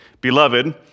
beloved